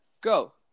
go